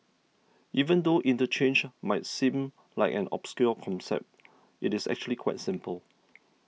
even though interchange might seem like an obscure concept it is actually quite simple